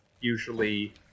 usually